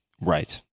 Right